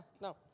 no